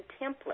template